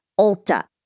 Ulta